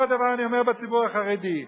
הוא הדבר, אני אומר, בציבור החרדי: